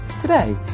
Today